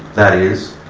that is,